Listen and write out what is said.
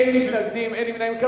אין מתנגדים, אין נמנעים.